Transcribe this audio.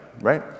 right